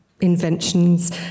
inventions